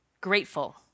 grateful